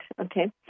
Okay